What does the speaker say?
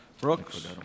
Brooks